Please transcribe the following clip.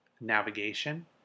navigation